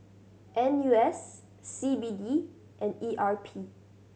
N U S C B D and E R P